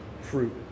fruit